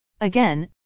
Again